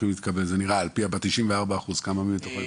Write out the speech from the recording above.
לדעתכם, ערעורים יתקבלו?